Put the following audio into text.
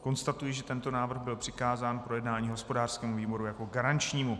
Konstatuji, že tento návrh byl přikázán k projednání hospodářskému výboru jako garančnímu.